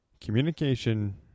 Communication